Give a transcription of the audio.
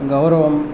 गौरवं